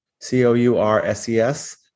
C-O-U-R-S-E-S